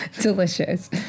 delicious